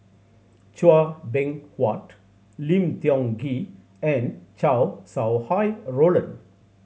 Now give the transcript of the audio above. Chua Beng Huat Lim Tiong Ghee and Chow Sau Hai Roland